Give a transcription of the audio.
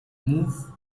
move